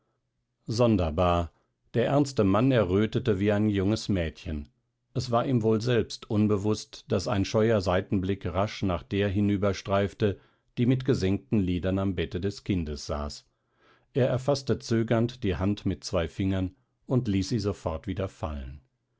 sonderbar der ernste mann errötete wie ein junges mädchen es war ihm wohl selbst unbewußt daß ein scheuer seitenblick rasch nach der hinüberstreifte die mit gesenkten lidern am bette des kindes saß er erfaßte zögernd die hand mit zwei fingern und ließ sie sofort wieder fallen